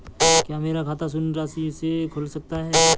क्या मेरा खाता शून्य राशि से खुल सकता है?